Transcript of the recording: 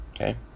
okay